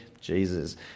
Jesus